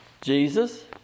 Jesus